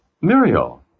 Muriel